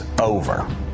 over